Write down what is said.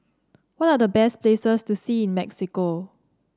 what are the best places to see in Mexico